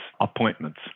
appointments